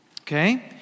okay